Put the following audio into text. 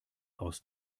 aus